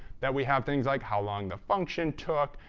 that we have things like how long the function took.